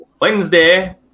wednesday